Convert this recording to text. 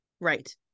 right